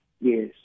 Yes